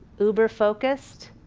uber focused,